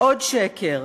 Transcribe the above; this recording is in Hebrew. עוד שקר: